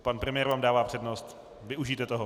Pan premiér vám dává přednost, využijte toho.